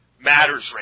matters